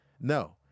No